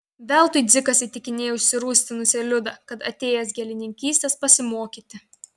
veltui dzikas įtikinėjo užsirūstinusią liudą kad atėjęs gėlininkystės pasimokyti